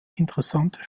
interessante